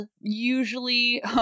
usually